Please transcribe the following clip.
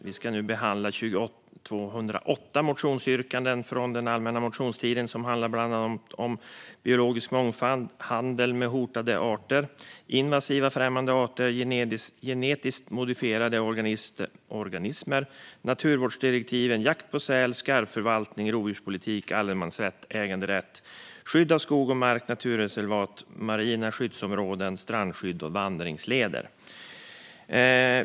Vi har behandlat 208 motionsyrkanden från den allmänna motionstiden om bland annat biologisk mångfald, handel med hotade arter, invasiva främmande arter, genetiskt modifierade organismer, naturvårdsdirektiven, jakt på säl, skarvförvaltning, rovdjurspolitik, allemansrätten, äganderätten, skyddad skog och mark, naturreservat, marina skyddade områden, strandskydd och vandringsleder.